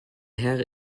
herr